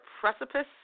precipice